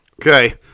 Okay